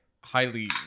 highly